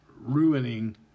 ruining